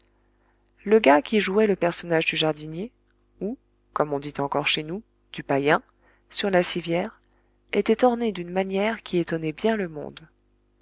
le gars qui jouait le personnage du jardinier ou comme on dit encore chez nous du païen sur la civière était orné d'une manière qui étonnait bien le monde